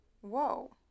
Whoa